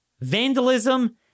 Vandalism